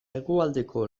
hegoaldeko